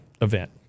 event